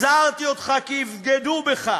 הזהרתי אותך כי יבגדו בך.